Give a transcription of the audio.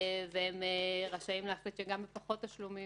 והם רשאים להחליט שגם בפחות תשלומים